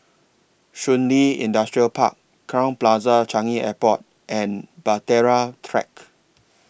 Shun Li Industrial Park Crowne Plaza Changi Airport and Bahtera Track